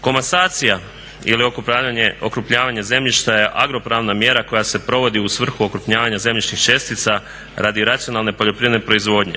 Komasacija ili okrupnjavanje zemljišta je agropravna mjera koja se provodi u svrhu okrupnjavanja zemljišnih čestica radi racionalne poljoprivredne proizvodnje.